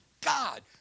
God